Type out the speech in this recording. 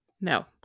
no